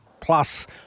plus